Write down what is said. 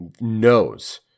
knows